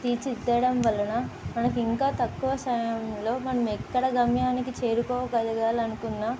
తీర్చిదిద్దడం వలన మనకి ఇంకా తక్కువ సయంలో మనం ఎక్కడ గమ్యానికి చేరుకోగలగానుకున్నా